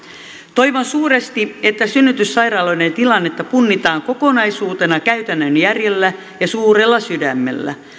toivon suuresti että synnytyssairaaloiden tilannetta punnitaan kokonaisuutena käytännön järjellä ja suurella sydämellä